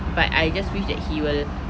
but I just wish that he will